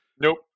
Nope